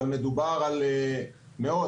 אבל מדובר על מאות,